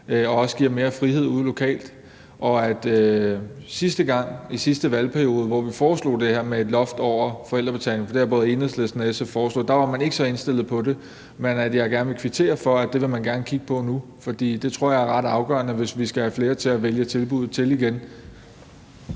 og også giver mere frihed ude lokalt. Sidste gang, i sidste valgperiode, hvor vi foreslog det her med et loft over forældrebetalingen – for det har både Enhedslisten og SF foreslået – var man ikke så indstillet på det, men jeg vil gerne kvittere for, at det vil man gerne kigge på nu, for det tror jeg er ret afgørende, hvis vi skal have flere til at vælge tilbuddet til igen.